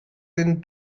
been